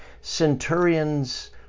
centurion's